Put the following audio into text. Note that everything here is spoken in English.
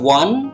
one